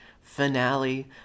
finale